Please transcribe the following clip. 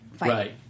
right